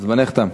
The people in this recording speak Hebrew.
זמנך תם.